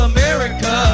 America